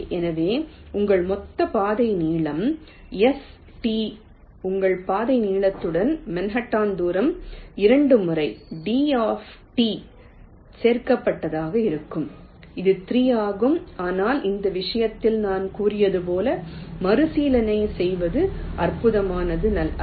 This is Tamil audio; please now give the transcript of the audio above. எனவே உங்கள் மொத்த பாதை நீளம் S T உங்கள் பாதை நீளத்துடன் மன்ஹாட்டன் தூரம் இரண்டு முறை d சேர்க்கப்பட்டதாக இருக்கும் இது 3 ஆகும் ஆனால் இந்த விஷயத்தில் நான் கூறியது போல் மறுபரிசீலனை செய்வது அற்பமானது அல்ல